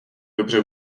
dobře